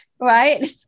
right